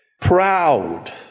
proud